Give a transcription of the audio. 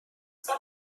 ποιος